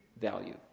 value